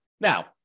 Now